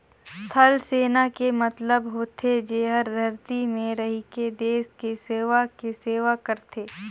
थलसेना के मतलब होथे जेहर धरती में रहिके देस के सेवा के सेवा करथे